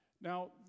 Now